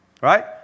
Right